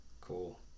Cool